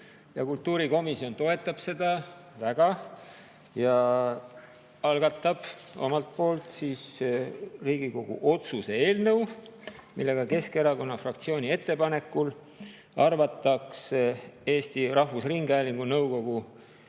Kultuurikomisjon toetab seda väga ja algatab omalt poolt Riigikogu otsuse eelnõu, millega arvatakse Keskerakonna fraktsiooni ettepanekul Eesti Rahvusringhäälingu nõukogu